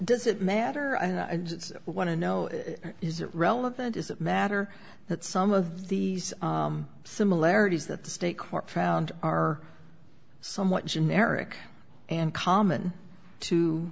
does it matter i want to know is it relevant is a matter that some of these similarities that the state court found are somewhat generic and common